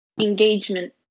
engagement